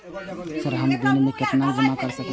हम सब एक दिन में केतना जमा कर सके छी?